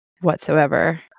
whatsoever